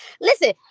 Listen